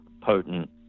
potent